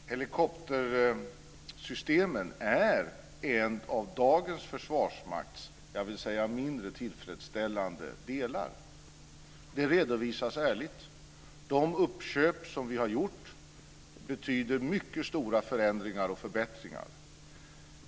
Talman! Låt mig säga att helikoptersystemen är en av dagens försvarsmakts mindre tillfredsställande delar. Detta redovisas ärligt. De uppköp som vi har gjort betyder mycket stora förändringar och förbättringar.